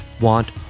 want